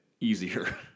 easier